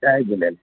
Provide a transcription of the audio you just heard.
Jay Jhulelal